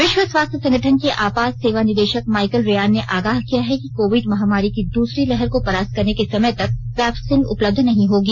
विश्व स्वास्थ्य संगठन के आपात सेवा निदेशक माइकल रेयान ने आगाह किया है कि कोविड महामारी की दूसरी लहर को परास्त करने के समय तक वैक्सीन उपलब्ध नहीं होगी